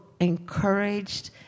encouraged